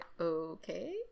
okay